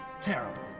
terrible